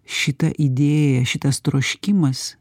šita idėja šitas troškimas